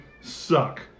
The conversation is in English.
suck